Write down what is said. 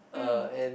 uh and